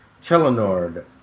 Telenord